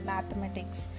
Mathematics